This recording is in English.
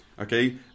Okay